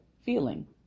feeling